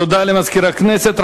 תודה למזכיר הכנסת.